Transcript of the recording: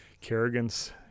Kerrigan's